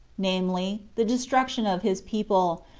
namely, the destruction of his people,